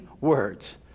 words